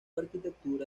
arquitectura